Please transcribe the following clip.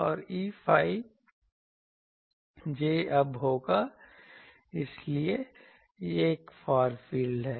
और Eϕ j ab होगा इसलिए ये फार फील्ड हैं